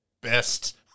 best